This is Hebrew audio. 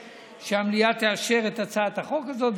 שהמליאה תאשר את הצעת החוק הזאת,